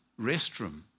restroom